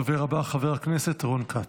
הדובר הבא, חבר הכנסת רון כץ.